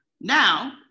Now